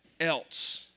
else